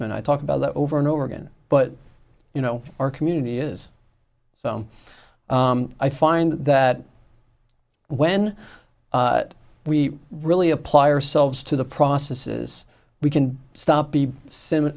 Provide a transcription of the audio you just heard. investment i talk about that over and over again but you know our community is so i find that when we really apply ourselves to the processes we can stop be similar